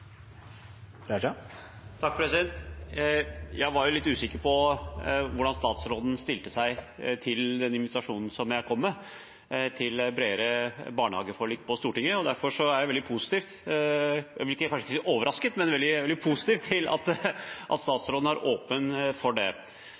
Jeg var litt usikker på hvordan statsråden stilte seg til invitasjonen som jeg kom med, til et bredere barnehageforlik på Stortinget. Derfor er jeg veldig positiv – jeg vil kanskje ikke si overrasket, men veldig positiv – til at statsråden er åpen for det. Jeg ser fram til at